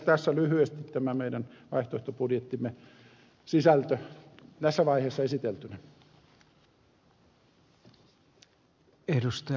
tässä lyhyesti tämä meidän vaihtoehtobudjettimme sisältö tässä vaiheessa esiteltynä